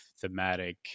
thematic